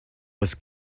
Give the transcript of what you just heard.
was